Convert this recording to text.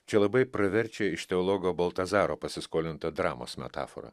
čia labai praverčia iš teologo baltazaro pasiskolinta dramos metafora